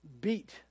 beat